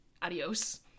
Adios